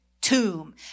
tomb